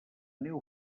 neu